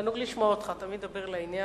תענוג לשמוע אותך, תמיד מדבר לעניין.